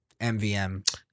MVM